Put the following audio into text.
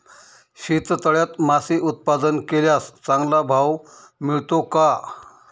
शेततळ्यात मासे उत्पादन केल्यास चांगला भाव मिळतो का?